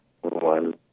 One